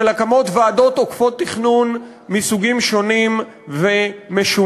של הקמות ועדות עוקפות תכנון מסוגים שונים ומשונים,